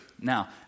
Now